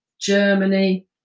Germany